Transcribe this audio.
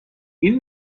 این